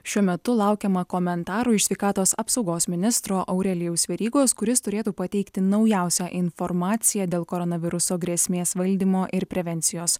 šiuo metu laukiama komentarų iš sveikatos apsaugos ministro aurelijaus verygos kuris turėtų pateikti naujausią informaciją dėl koronaviruso grėsmės valdymo ir prevencijos